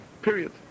period